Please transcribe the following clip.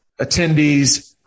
attendees